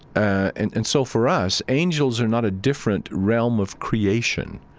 and and so, for us, angels are not a different realm of creation.